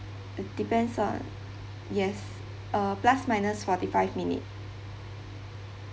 depends on yes uh plus minus forty five minutes